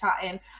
chatting